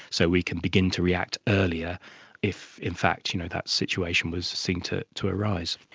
so we can begin to react earlier if in fact you know that situation was seen to to arise.